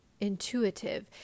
intuitive